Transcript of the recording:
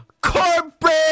Corporate